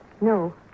No